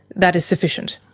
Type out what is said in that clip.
that is sufficient.